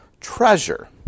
treasure